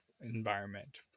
environment